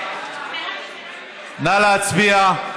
נא להצביע.